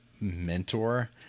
mentor